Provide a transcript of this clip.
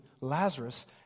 Lazarus